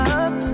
up